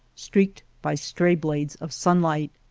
streaked by stray blades of sunlight.